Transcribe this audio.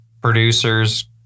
producers